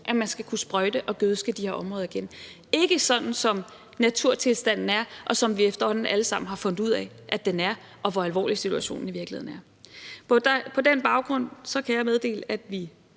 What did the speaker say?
at man skal kunne sprøjte og gødske de her områder igen – ikke sådan som naturtilstanden er, som vi efterhånden alle sammen har fundet ud af at den er, og ikke i betragtning af, hvor alvorlig situationen i virkeligheden er. På den baggrund kan jeg meddele, at vi